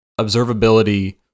observability